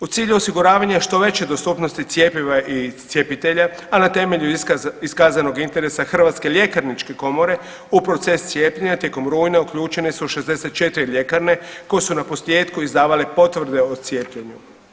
U cilju osiguravanja što veće dostupnosti cjepiva i cijepitelja, a na temelju iskazanog interesa Hrvatske ljekarničke komore u proces cijepljenja tijekom rujna uključene su 64 ljekarne koje su naposljetku izdavale potvrde o cijepljenju.